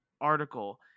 article